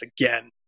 again